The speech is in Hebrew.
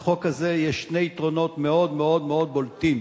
לחוק הזה יש שני יתרונות מאוד מאוד מאוד בולטים.